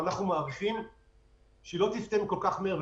שאנחנו מעריכים שלא תסתיים כל כך מהר.